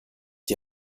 die